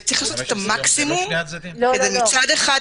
יש לעשות את המקסימום כדי מצד אחד,